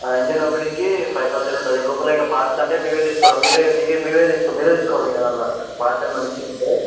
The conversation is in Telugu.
ఇంజిన్ ఓపెనింగ్కి ఫైవ్ తౌసండ్ ఉంటుంది ఈ లోపల ఇంక పార్ట్స్ అంటే మేమే తీసుకోవాలి మీరే మీకే మేమే మీరే తీసుకోవాలి ఇంక దాంట్ల పార్ట్స్ ఏమైనా మిస్సింగ్ ఉంటే